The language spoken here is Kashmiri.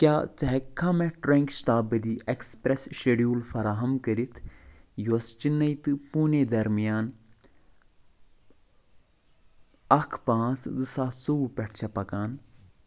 کیٛاہ ژٕ ہٮ۪ککھا مےٚ ٹرٛٮ۪نٛگشتابدی اٮ۪کسپرٮ۪س شَیڈیوٗل فراہم کٔرتھ یۄس چِنَے تہٕ پوٗنے درمیان اَکھ پانٛژھ زٕ ساس ژوٚوُہ پؠٹھ چھےٚ پکان